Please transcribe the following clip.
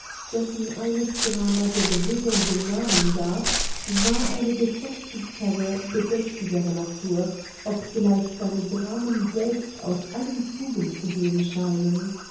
dessen eines drama der bewegung den namen gab war eine bedächtigere natur obgleich seine dramen selbst aus allen fugen zu gehen scheinen